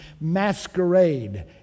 masquerade